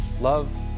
Love